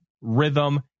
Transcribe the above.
rhythm